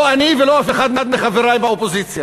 לא אני ולא אף אחד מחברי באופוזיציה.